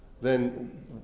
then-